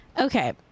Okay